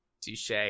Touche